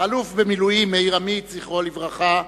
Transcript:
האלוף במילואים מאיר עמית, זכרו לברכה,